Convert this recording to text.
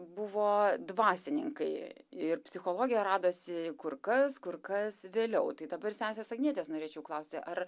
buvo dvasininkai ir psichologija radosi kur kas kur kas vėliau tai dabar sesės agnietės norėčiau klausti ar